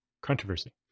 controversy